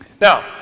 Now